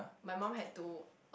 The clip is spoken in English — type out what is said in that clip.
my mum had to